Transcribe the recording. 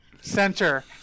center